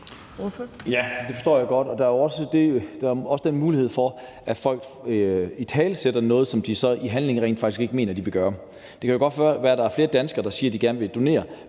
Ja, det forstår jeg godt. Der er også den mulighed, at folk italesætter noget, som de så rent faktisk ikke mener de vil gøre til handling. Det kan godt være, at der er flere danskere, der siger, at de gerne vil donere,